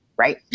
Right